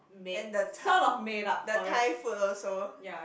and the Thai the Thai food also